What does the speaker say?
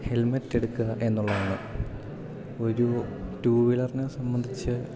helmet എടുക്കുക എന്നുള്ളതാണ് ഒരു റ്റൂ വീലറിനെ സംബന്ധിച്ച്